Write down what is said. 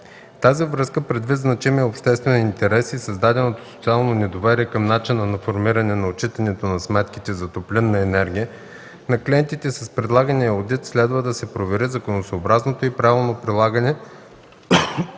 тази връзка, предвид значимия обществен интерес и създаденото социално недоверие към начина на формиране и отчитане на сметките за топлинна енергия на клиентите, с предлагания одит следва да се провери законосъобразното и правилно прилагане